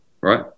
right